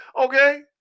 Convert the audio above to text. okay